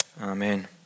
amen